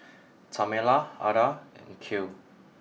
Tamela Adda and Cale